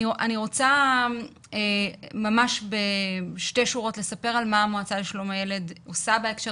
אני רוצה ממש בשתי שורות לספר על מה המועצה לשלום הילד עושה בהקשר